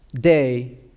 day